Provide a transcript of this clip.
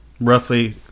roughly